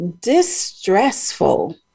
Distressful